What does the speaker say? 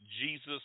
Jesus